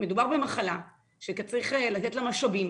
מדובר במחלה שאתה צריך לתת לה משאבים